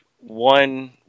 one